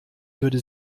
würde